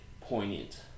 poignant